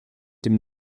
dem